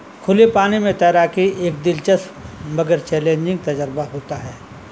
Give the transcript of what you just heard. کھلے پانی میں تیراکی ایک دلچسپ مگر چیلنجنگ تجربہ ہوتا ہے